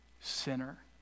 sinner